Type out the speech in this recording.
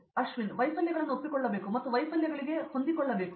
ಅಶ್ವಿನ್ ಅವರು ವೈಫಲ್ಯಗಳನ್ನು ಒಪ್ಪಿಕೊಳ್ಳಬೇಕು ಮತ್ತು ಅವರು ವೈಫಲ್ಯಗಳಿಗೆ ಹೊಂದಿಕೊಳ್ಳಬೇಕು